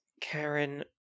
Karen